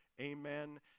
Amen